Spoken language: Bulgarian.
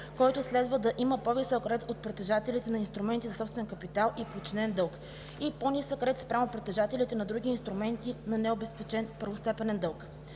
който следва да има по-висок ред от притежателите на инструменти на собствения капитал и подчинен дълг и по-нисък ред спрямо притежателите на други инструменти на необезпечен първостепенен дълг.